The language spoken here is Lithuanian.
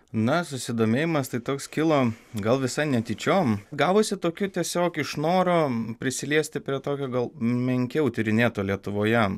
na susidomėjimas tai toks kilo gal visai netyčiom gavosi tokiu tiesiog iš noro prisiliesti prie tokio gal menkiau tyrinėto lietuvoje